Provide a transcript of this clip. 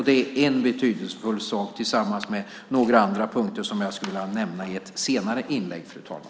Det är en betydelsefull sak. Det finns ytterligare några som jag skulle vilja nämna i ett senare inlägg, fru talman.